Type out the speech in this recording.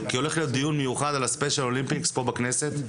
כי הולך להיות דיון מיוחד על הספיישל אולימפיקס פה בכנסת,